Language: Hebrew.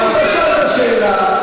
אבל אתה שאלת שאלה,